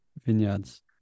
vineyards